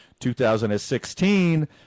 2016